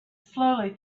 slowly